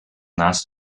naast